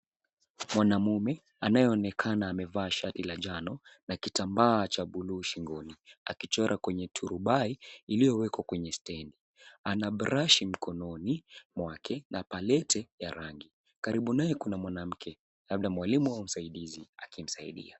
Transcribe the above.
Mwanaume anayeonekana amevaa shati la njano na kitambaa cha buluu shingoni akichora kwenye turubai iliyowekwa kwenye stendi. Ana brashi mkononi mwake na paleti ya rangi. Karibu naye kuna mwanamke, labda mwalimu au msaidizi akimsaidia.